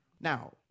Now